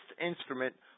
instrument